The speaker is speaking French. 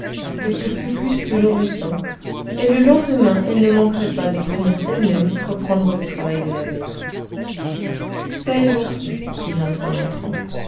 quelques fucus peu nourrissants et le lendemain elles ne manqueraient pas de venir d'elles-mêmes reprendre le travail de la veille saellvertu fit hans en entrant